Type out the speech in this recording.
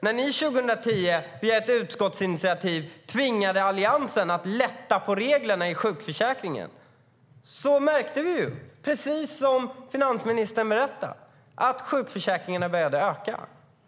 När ni 2010 via ett utskottsinitiativ tvingade Alliansen att lätta på reglerna i sjukförsäkringen märkte vi, precis som finansministern har berättat, att sjukskrivningarna började öka.